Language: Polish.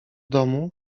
domu